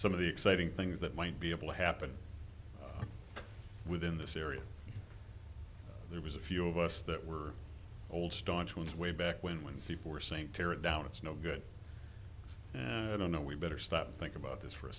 some of the exciting things that might be able to happen within this area there was a few of us that were old staunch ones way back when when people were saying tear it down it's no good i don't know we better stop think about this for a